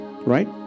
Right